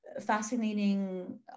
fascinating